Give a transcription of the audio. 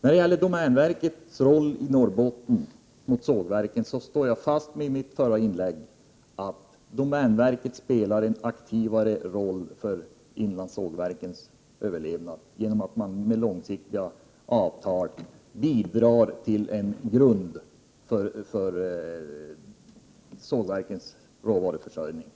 det gäller den betydelse domänverket har i Norrbotten i förhållande till sågverken, står jag fast vid det jag sade i mitt förra inlägg, nämligen att domänverket spelar en mer aktiv roll för överlevnaden av inlandssågverken genom att man genom långsiktiga avtal skapar en grund för sågverkens råvaruförsörjning.